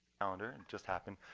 and and just happen,